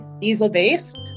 diesel-based